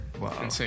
wow